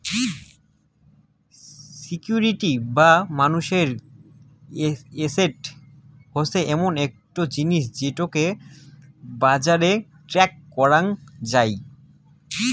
security বা মানুষের asset হসে এমন একটো জিনিস যেটোকে বাজারে ট্রেড করাং যাই